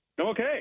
okay